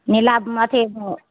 नीला अथी